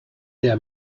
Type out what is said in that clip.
der